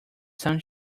sun